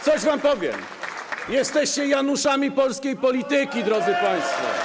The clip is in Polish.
Coś wam powiem: jesteście januszami polskiej polityki, drodzy państwo.